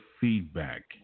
feedback